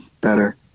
better